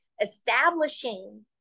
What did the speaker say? establishing